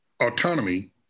Autonomy